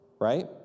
right